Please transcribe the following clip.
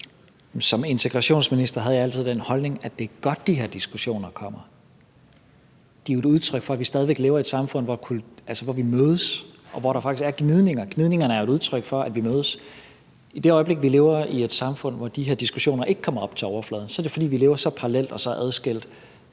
Som integrationsminister havde jeg altid den holdning, at det er godt, de her diskussioner kommer. De er jo et udtryk for, at vi stadig væk lever i et samfund, hvor vi mødes, og hvor der faktisk er gnidninger. Gnidningerne er jo et udtryk for, at vi mødes. I det øjeblik, vi lever i et samfund, hvor de her diskussioner ikke kommer op til overfladen, er det, fordi vi lever så parallelt og så adskilt,